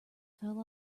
fell